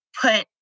put